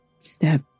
step